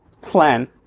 plan